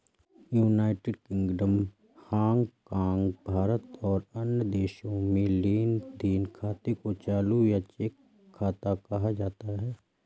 United Kingdom, Hong Kong, Bharat और कई अन्य देशों में लेन देन खाते को चालू या चेक खाता कहा जाता है